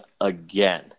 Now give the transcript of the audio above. again